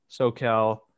socal